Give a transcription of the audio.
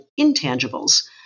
intangibles